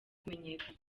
kumenyekana